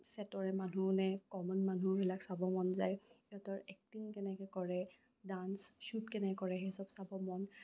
চেটৰে মানুহ নে কমন মানুহ সেইবিলাক চাব মন যায় সিহঁতৰ এক্টিং কেনেকে কৰে ডাঞ্চ শ্বুট কেনেকে কৰে সেই চব চাব মন